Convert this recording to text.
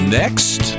next